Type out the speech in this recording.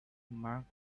marked